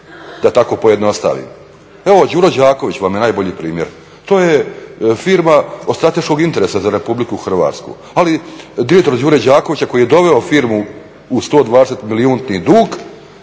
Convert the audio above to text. da tako pojednostavim. Evo Đuro Đaković vam je najbolji primjer, to je firma od strateškog interesa za Republiku Hrvatsku, ali direktor Đure Đakovića koji je doveo firmu u 120 milijunti dug,